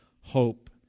hope